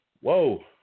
Whoa